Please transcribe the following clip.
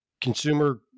consumer